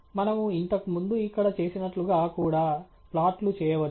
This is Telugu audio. మనము ఇంతకుముందు ఇక్కడ చేసినట్లుగా కూడా ప్లాట్లు చేయవచ్చు